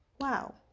Wow